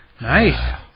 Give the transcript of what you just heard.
Nice